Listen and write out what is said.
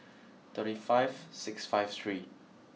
thirty five six five three